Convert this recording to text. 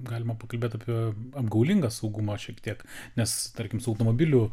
galima pakalbėt apie apgaulingą saugumą šiek tiek nes tarkim su automobilių